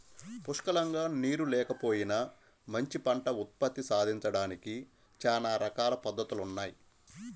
పుష్కలంగా నీరు లేకపోయినా మంచి పంట ఉత్పత్తి సాధించడానికి చానా రకాల పద్దతులున్నయ్